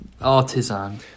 Artisan